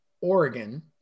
Oregon